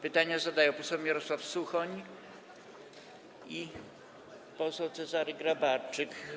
Pytania zadają: poseł Mirosław Suchoń i poseł Cezary Grabarczyk.